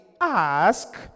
ask